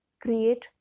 create